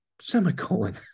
Semicolon